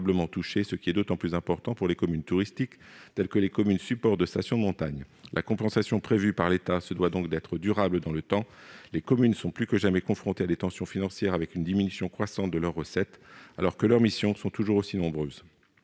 ce qui est d'autant plus important pour les communes touristiques, telles que les communes supports de station de montagne. Cette compensation se doit d'être durable dans le temps. Les communes sont plus que jamais confrontées à des tensions financières avec une diminution croissante de leurs recettes, alors que leurs missions sont toujours aussi nombreuses.